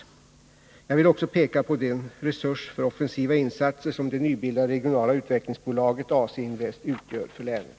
Jag vill också peka på den resurs för offensiva insatser som det nybildade regionala utvecklingsbolaget, AC Invest, utgör för länet.